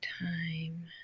time